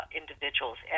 individuals